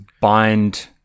bind